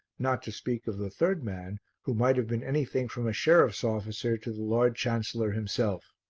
not to speak of the third man who might have been anything from a sheriff's officer to the lord chancellor himself.